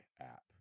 app